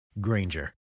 Granger